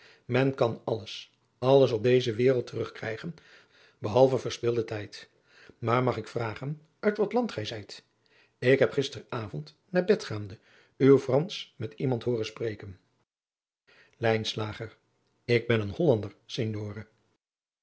men kan alles alles op deze wereld terugkrijgen behalve verspilden tijd maar mag ik vragen uit wat land gij zijt ik heb gister avond naar bed gaande u fransch met iemand hooren spreken lijnslager ik ben een hollander